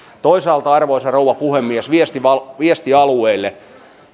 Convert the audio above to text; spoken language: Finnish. toisaalta arvoisa rouva puhemies viesti viesti alueille